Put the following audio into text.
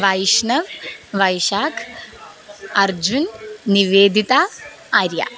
वैष्णवः वैशाखः अर्जुनः निवेदिता आर्या